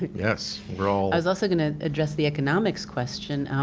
yes, we're all i was also gonna address the economics question.